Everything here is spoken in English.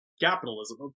capitalism